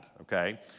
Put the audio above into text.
okay